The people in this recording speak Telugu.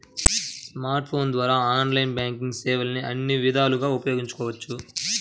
స్మార్ట్ ఫోన్ల ద్వారా ఆన్లైన్ బ్యాంకింగ్ సేవల్ని అన్ని విధాలుగా ఉపయోగించవచ్చు